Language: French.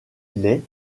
les